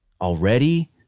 already